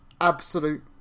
absolute